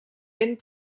ben